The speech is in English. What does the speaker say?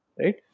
right